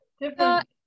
different